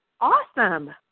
awesome